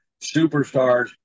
Superstars